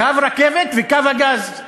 קו רכבת וקו הגז,